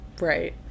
right